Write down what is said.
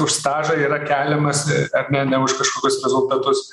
už stažą yra keliamas ar ne ne už kažkokius rezultatus